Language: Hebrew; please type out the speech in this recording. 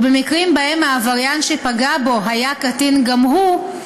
ובמקרים שבהם העבריין שפגע בו היה קטין גם הוא,